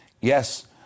Yes